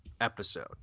episode